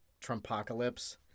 Trumpocalypse